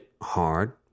hard